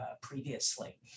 previously